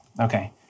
Okay